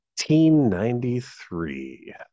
1993